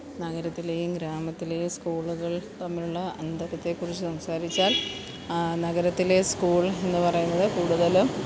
നഗരത്തിലെയും ഗ്രാമത്തിലെയും സ്കൂളുകള് തമ്മിലുള്ള അന്തരത്തെക്കുറിച്ച് സംസാരിച്ചാല് നഗരത്തിലെ സ്കൂള് എന്ന് പറയുന്നത് കൂടുതലും